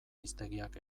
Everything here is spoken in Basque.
hiztegiak